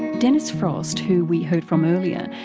dennis frost, who we heard from earlier,